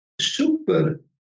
super